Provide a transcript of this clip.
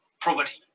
property